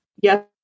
yes